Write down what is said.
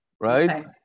right